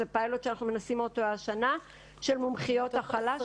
זה פיילוט שאנחנו מנסים השנה של מומחיות הכלה.